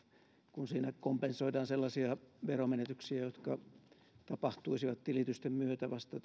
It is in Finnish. kun siinä kompensoidaan sellaisia veromenetyksiä jotka tapahtuisivat tilitysten myötä vasta